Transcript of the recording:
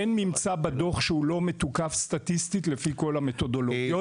אין ממצא בדוח שהוא לא מתוקף סטטיסטית לפי כל המתודולוגיות.